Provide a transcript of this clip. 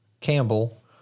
Campbell